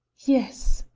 yes,